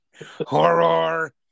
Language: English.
Horror